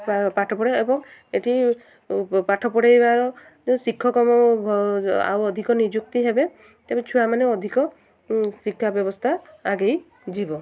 ପାଠ ପଢ଼ାଇ ଏବଂ ଏଠି ପାଠ ପଢ଼ାଇବାର ଶିକ୍ଷକମ ଆଉ ଅଧିକ ନିଯୁକ୍ତି ହେବେ ତେବେ ଛୁଆମାନେ ଅଧିକ ଶିକ୍ଷା ବ୍ୟବସ୍ଥା ଆଗେଇଯିବ